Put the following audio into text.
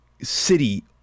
city